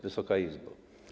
Wysoka Izbo!